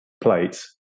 plates